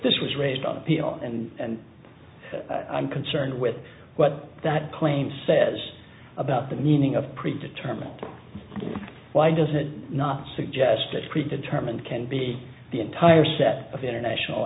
this was raised on appeal and i'm concerned with what that claim says about the meaning of pre determined why does it not suggest that pre determined can be the entire set of international